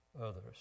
others